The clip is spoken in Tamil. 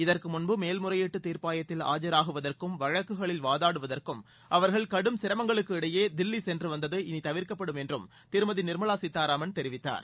இதற்கு முன்பு மேல்முறையீட்டு தீர்ப்பாயத்தில் ஆஜராகுவதற்கும் வழக்குகளில் வாதாடுவதற்கும் அவர்கள் கடும் சிரமங்களுக்கிடையே தில்லி சென்று வந்தது இளி தவிர்க்கப்படும் என்றும் திருமதி நிர்மலா சீதாராமன் தெரிவித்தார்